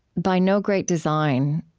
by no great design,